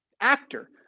Actor